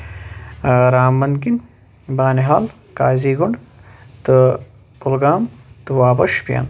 رام بن کِنۍ Banihal Qazigund تہٕ کۄلگام تہٕ واپَس شوپِین